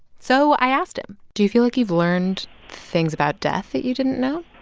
so i asked him do you feel like you've learned things about death that you didn't know?